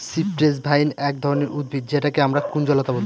cypress vine এক ধরনের উদ্ভিদ যেটাকে আমরা কুঞ্জলতা বলি